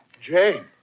Jane